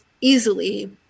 easily